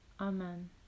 Amen